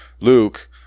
Luke